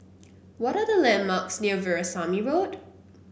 what are the landmarks near Veerasamy Road